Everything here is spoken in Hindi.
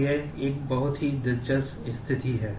तो यह एक बहुत ही दिलचस्प स्थिति है